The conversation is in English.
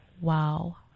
Wow